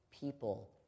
people